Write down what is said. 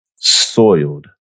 soiled